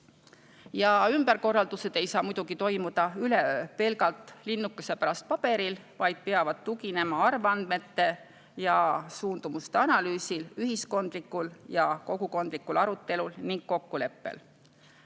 Ümberkorraldused ei saa muidugi toimuda üleöö pelgalt linnukese pärast paberil, vaid peavad tuginema arvandmete ja suundumuste analüüsil, ühiskondlikul ja kogukondlikul arutelul ning kokkuleppel.